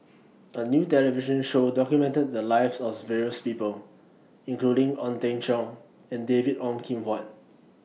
A New television Show documented The Lives oath various People including Ong Teng Cheong and David Ong Kim Huat